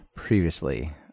Previously